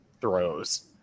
throws